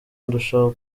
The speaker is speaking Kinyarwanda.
ndushaho